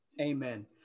Amen